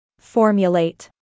Formulate